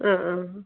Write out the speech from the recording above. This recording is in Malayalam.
ആ ആ ഹാ